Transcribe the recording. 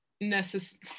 necessary